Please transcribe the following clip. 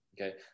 okay